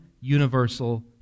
universal